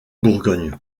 bourgogne